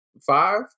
five